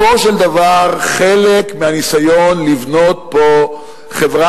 והן בסופו של דבר חלק מהניסיון לבנות פה חברה